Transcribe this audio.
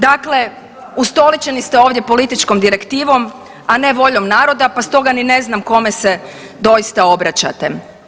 Dakle, ustoličeni ste ovdje političkom direktivom, a ne voljom naroda pa stoga ni ne znam kome se doista obraćate.